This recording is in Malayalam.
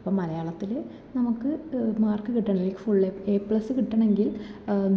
അപ്പം മലയാളത്തിൽ നമുക്ക് മാർക്ക് കിട്ടാണെ ഫുള്ള് എ എ പ്ലസ് കിട്ടണമെങ്കിൽ